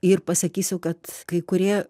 ir pasakysiu kad kai kurie